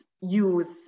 use